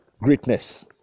greatness